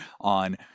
on